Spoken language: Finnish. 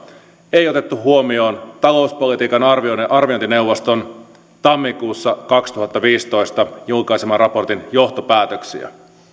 ei otettu huomioon talouspolitiikan arviointineuvoston tammikuussa kaksituhattaviisitoista julkaiseman raportin johtopäätöksiä